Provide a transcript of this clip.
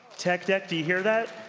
tech deck, do you hear that?